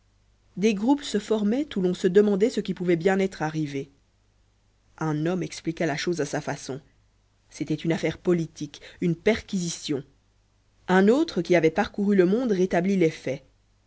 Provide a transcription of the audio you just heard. des groupes se formaient où l'on se demandait ce qui pouvait bien être arrivé un homme expliqua la chose à sa façon c'était une affaire politique une perquisition un autre qui avait parcouru le monde rétablit les faits